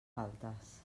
faltes